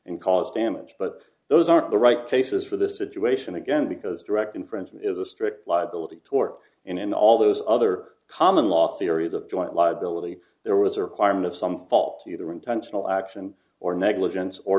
and cause damage but those aren't the right places for this situation again because direct inference is a strict liability tort in all those other common law theories of joint liability there was a requirement of some fault either intentional action or negligence or